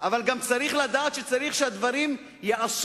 אבל צריך לדעת שהדברים צריכים להיעשות